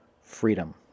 freedom